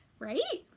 right?